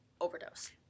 overdose